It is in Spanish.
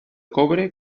cobre